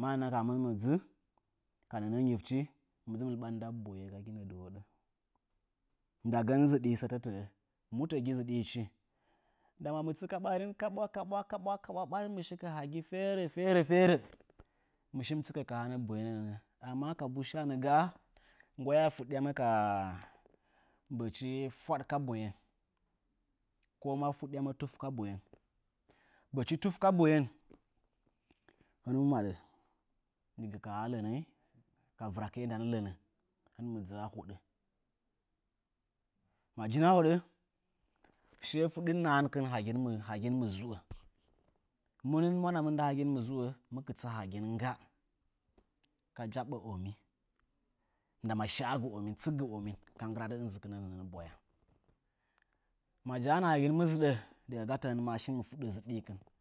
Mannakam hɨn mɨ dzɨ, ka nə'ə nyifchi hɨn mɨ dzɨ lɨɓan nda boye gaginə dunoɗə. Ndagən zɨɗɨ sətə tə'ə. Mu ta gi zɨɗɨchi? Ndama mɨ tsɨka ɓarin, ɓarin mɨ shi ka hagin ferə ferə fɨ shi mɨ tsɨka ka hana boyee nəə. Amma kabuu shəanə ga'a, nggwaya afuɗɗyamə ka bəchi fwaɗ ka boyen ko mə fuɗɗyamə ka bəchi tuf ka boyen. Hɨn mɨ maɗa ka ha lənənyi ka vɨra kɨe ndana lənə nɨn mɨ dzɨ a hoɗee. Ma jin a hoɗə shiye fuɗɗin, mahankɨn, hagin mɨ, hagin mɨzuo. Munɨne mnanamin, hagin mɨzwo mɨ kɨisa hagin nagga ka jaɓə omin ndama shəgɨ omin, tsɨkgɨ omin ka nggɨradɨ, ɨnzɨkɨnə boya. Ma ja'ana hagin mɨ zɨɗə, diga gatə hɨn məshin mi fuɗɗə əɨɗɨkɨn.